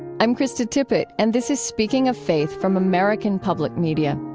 i'm krista tippett, and this is speaking of faith from american public media.